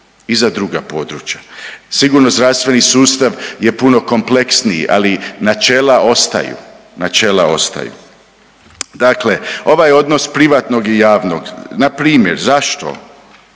za druga područja. Sigurno zdravstveni sustav je puno kompleksniji, ali načela ostaju, načela ostaju. Dakle ovaj odnos privatnog i javnog, npr. zašto,